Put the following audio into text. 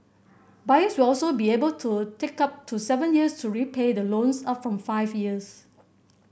buyers will also be able to take up to seven years to repay the loans up from five years